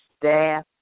staff